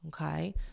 Okay